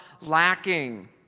lacking